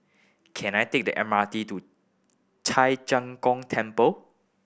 can I take the M R T to Zheng Gong Temple